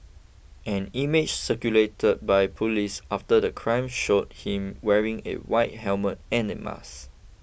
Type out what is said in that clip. an image circulated by police after the crime showed him wearing a white helmet and a mask